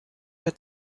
der